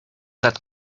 that